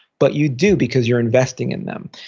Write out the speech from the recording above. but you do because you're investing in them.